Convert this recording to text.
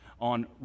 on